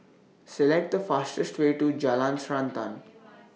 Select The fastest Way to Jalan Srantan